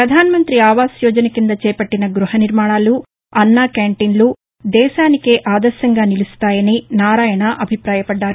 పధాన మంతి ఆవాస్ యోజన కింద చేపట్టిన గృహనిర్మాణాలు అన్న క్యాంటీన్లు దేశానికే ఆదర్శంగా నిలుస్తాయని నారాయణ అభిప్రాయపడ్డారు